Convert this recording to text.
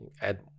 Add